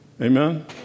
Amen